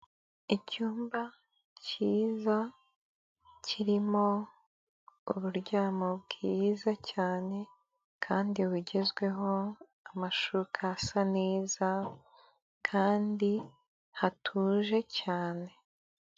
Hoteri yitwa Regasi hoteri aho iherereye ikaba ifite amarangi y'umuhondo ndetse avanze na y'umweru, ikaba iri ahantu heza cyane ku muhanda hari amahumbezi hateye n'ibiti bishobora gutanga akayaga.